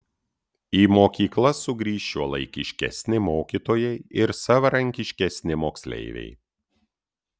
į mokyklas sugrįš šiuolaikiškesni mokytojai ir savarankiškesni moksleiviai